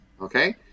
okay